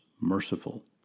merciful